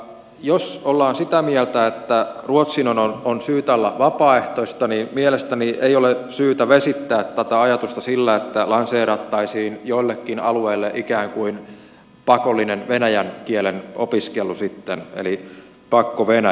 jos ollaan sitä mieltä että ruotsin on syytä olla vapaaehtoista niin mielestäni ei ole syytä vesittää tätä ajatusta sillä että lanseerattaisiin joillekin alueille ikään kuin pakollinen venäjän kielen opiskelu sitten eli pakkovenäjä